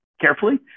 carefully